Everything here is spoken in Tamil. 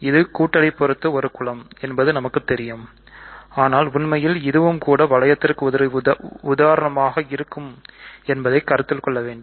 இது கூட்டலை பொறுத்து ஒரு குலம் என்பது நமக்கு தெரியும் ஆனால் உண்மையில் இதுவும் கூட வளையத்திற்கு உதாரணமாக இருக்கும் என்பதை கருத்தில் கொள்ள வேண்டும்